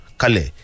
kale